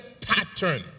pattern